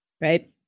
Right